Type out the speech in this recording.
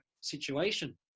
situation